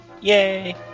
yay